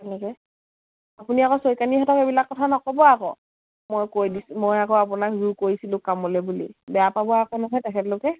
তেনেকে আপুনি আকৌ শইকীয়ানীহঁতক এইবিলাক কথা নক'ব আকৌ মই কৈ দিছোঁ মই আকৌ আপোনাক জোৰ কৰিছিলোঁ কামলৈ বুলি বেয়া পাব আকৌ নহয় তেখেতলোকে